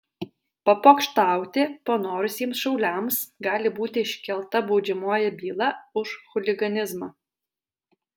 papokštauti panorusiems šauliams gali būti iškelta baudžiamoji byla už chuliganizmą